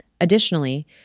Additionally